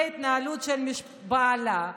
וההתנהלות של בעלה,